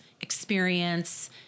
experience